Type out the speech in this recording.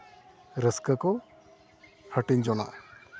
ᱨᱟᱹᱥᱠᱟᱹ ᱠᱚ ᱦᱟᱹᱴᱤᱧ ᱡᱚᱱᱟᱜᱼᱟ